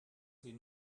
sie